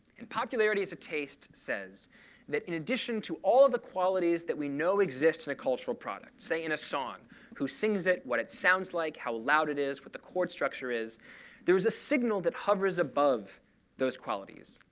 and popularity as a taste says that in addition to all the qualities that we know exist in a cultural product say, in a song who sings it, what it sounds like, how loud it is, what the chord structure is there is a signal that hovers above those qualities.